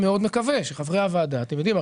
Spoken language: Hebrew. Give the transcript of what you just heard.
אני מאוד מקווה שחברי הוועדה אתם יודעים,